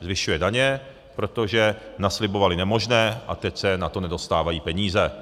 Zvyšuje daně, protože naslibovali nemožné a teď se na to nedostávají peníze.